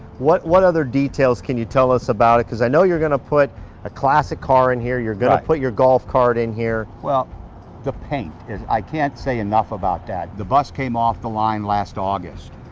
what. what other details can you tell us about it because i know you're gonna put a classic car in here, you're gonna put your golf cart in here well the paint is. i can't say enough about that. the bus came off the line last august.